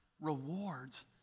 rewards